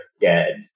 dead